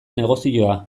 negozioa